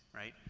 right?